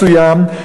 מסוים,